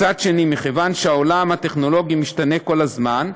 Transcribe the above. מצד שני, מכיוון שהעולם הטכנולוגי משתנה כל הזמן,